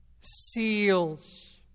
seals